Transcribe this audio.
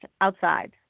outside